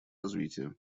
развития